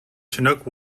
chinook